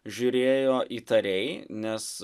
žiūrėjo įtariai nes